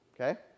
Okay